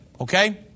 Okay